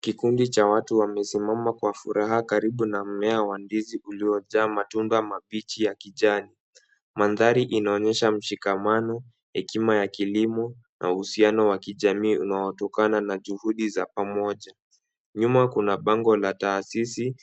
Kikundi cha watu wamesimama kwa furaha karibu na mmea wa ndizi uliojaa matunda mabichi ya kijani. Mandhari inaonyesha mshikamano, hekima ya kilimo na uhusiano wa kijamii unaotokana na juhudi za pamoja. Nyuma kuna bango la taasisi